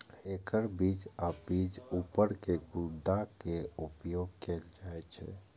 एकर बीज आ बीजक ऊपर के गुद्दा के उपयोग कैल जाइ छै